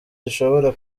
gishobora